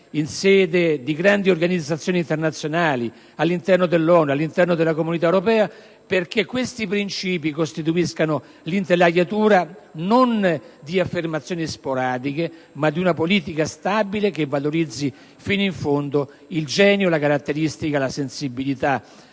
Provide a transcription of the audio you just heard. in sede di grandi organizzazioni internazionali - all'interno dell'ONU e della Comunità europea - perché questi principi costituiscano l'intelaiatura non di affermazioni sporadiche ma di una politica stabile che valorizzi fino in fondo il genio, la caratteristica, la sensibilità,